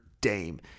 Dame